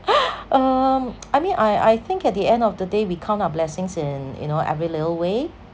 um I mean I I think at the end of the day we count our blessings in you know every little way